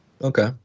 Okay